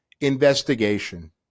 investigation